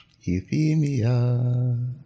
Euphemia